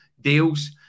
deals